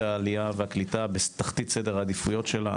העלייה והקליטה בתחתית סדר העדיפויות שלה,